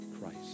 Christ